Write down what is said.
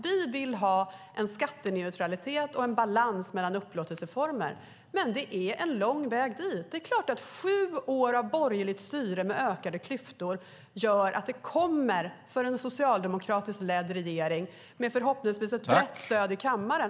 Vi vill ha en skatteneutralitet och en balans mellan upplåtelseformer, men det är en lång väg dit. Det är klart att sju år av borgerligt styre med ökade klyftor gör att det kommer att ta tid för socialdemokratiskt ledd regering, förhoppningsvis med brett stöd i kammaren.